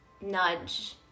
nudge